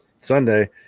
Sunday